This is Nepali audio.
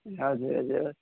हजुर हजुर